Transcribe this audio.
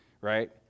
right